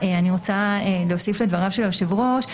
אני רוצה להוסיף לדבריו של היושב-ראש,